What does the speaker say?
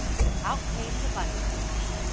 so out came the bunny suit.